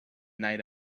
night